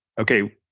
Okay